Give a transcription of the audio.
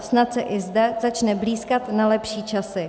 Snad se i zde začne blýskat na lepší časy.